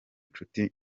nshuti